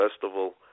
festival